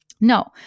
No